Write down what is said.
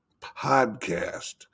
podcast